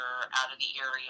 out-of-the-area